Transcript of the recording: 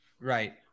Right